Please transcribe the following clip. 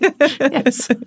Yes